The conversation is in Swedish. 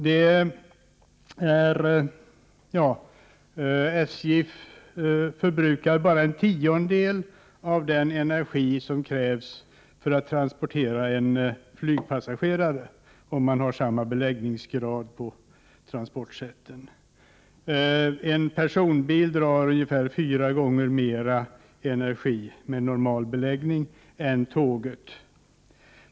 Järnvägen förbrukar bara en tiondel av den energi som krävs för att transportera en flygpassagerare, om man räknar med att både tåget och flyget har samma beläggningsgrad. En personbil använder ungefär fyra gånger mer energi med normalbeläggning än tåget.